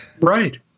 Right